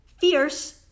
fierce